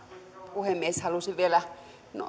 puhemies halusin vielä